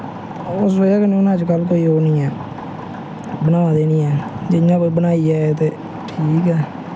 उस बजह् कन्नै अजकल कोई ओह् निं ऐ बना दे निं हैन जि'यां कोई बनाई जाए ते ठीक ऐ